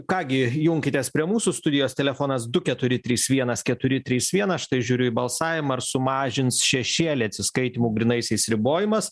ką gi junkitės prie mūsų studijos telefonas du keturi trys vienas keturi trys vienas štai žiūriu į balsavimą ar sumažins šešėlį atsiskaitymų grynaisiais ribojimas